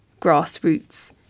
grassroots